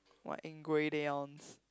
what ingredients